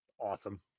awesome